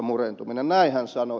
näin hän sanoi